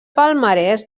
palmarès